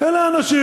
אלה אנשים